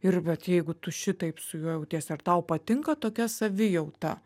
ir vat jeigu tu šitaip su juo jauties ar tau patinka tokia savijauta